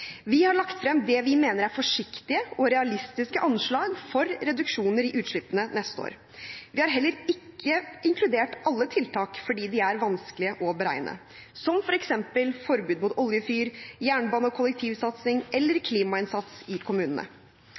Vi har lagt frem det vi mener er forsiktige og realistiske anslag for reduksjoner i utslippene neste år. Vi har heller ikke inkludert alle tiltak, fordi de er vanskelig å beregne, som f.eks. forbud mot oljefyr, jernbane- og kollektivsatsing og klimainnsats i kommunene.